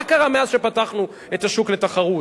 מה קרה מאז שפתחנו את השוק לתחרות?